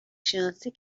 شناسی